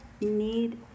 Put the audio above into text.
need